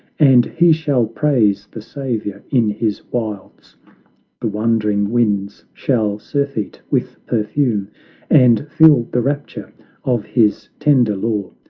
and he shall praise the saviour in his wilds the wondering winds shall surfeit with perfume and feel the rapture of his tender law.